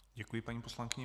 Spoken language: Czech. Děkuji paní poslankyni.